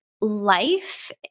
life